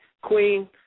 Queen